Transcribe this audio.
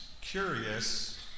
curious